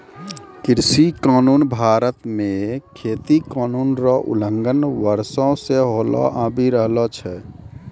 कृषि कानून भारत मे खेती कानून रो उलंघन वर्षो से होलो आबि रहलो छै